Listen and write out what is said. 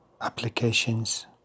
applications